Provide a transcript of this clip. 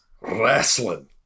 Wrestling